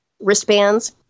wristbands